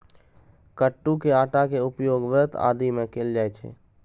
कट्टू के आटा के उपयोग व्रत आदि मे कैल जाइ छै